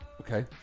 Okay